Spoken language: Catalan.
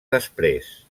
després